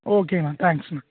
ஓகேங்ண்ணா தேங்க்ஸுண்ணா